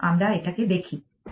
আসুন আমরা এটাকে দেখি